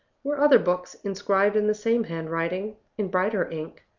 were other books inscribed in the same handwriting, in brighter ink,